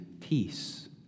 peace